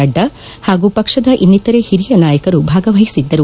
ನಡ್ಡಾ ಹಾಗೂ ಪಕ್ಷದ ಇನ್ನಿತರೆ ಹಿರಿಯ ನಾಯಕರು ಭಾಗವಹಿಸಿದ್ದರು